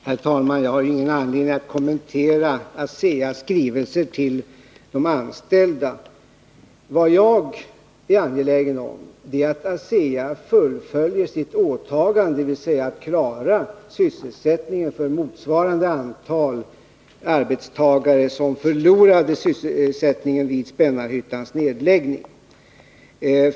Herr talman! Jag har ingen anledning att kommentera ASEA:s skrivelse till de anställda. Vad jag är angelägen om är att ASEA fullföljer sitt åtagande, dvs. att klara sysselsättningen för ett antal arbetstagare motsvarande det antal som förlorade sysselsättningen vid Spännarhyttans nedläggning.